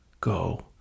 Go